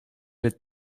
les